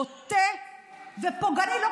בוטה ופוגעני,